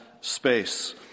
space